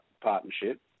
partnership